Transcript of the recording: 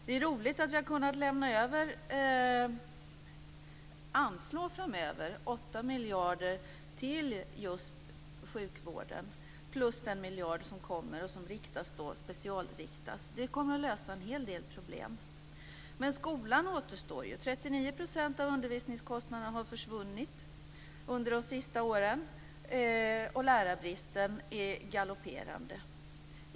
Det är roligt att vi har kunnat anslå 8 miljarder kronor framöver till just sjukvården plus den miljard som kommer och som specialriktas. Det kommer att lösa en hel del problem. Men skolan återstår ju. 39 % av undervisningskostnaderna har försvunnit under de senaste åren, och lärarbristen är galopperande.